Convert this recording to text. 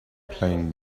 playing